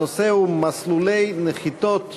הנושא הוא: מסלולי נחיתות